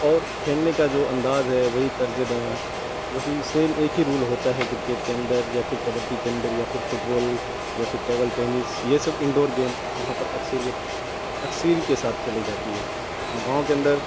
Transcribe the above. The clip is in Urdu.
اور کھیلنے کا جو انداز ہے وہی طرز بیاں وہی سیم ایک ہی رول ہوتا ہے کرکیٹ کے اندر یا پھر کبڈی کے اندر یا پھر فٹ بال یا پھر ٹیبل ٹینس یہ سب انڈور گیم وہاں پر اکثریت اکسیری کے ساتھ کھیلی جاتی ہے اور گاؤں کے اندر